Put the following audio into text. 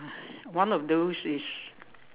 one of those is